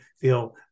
feel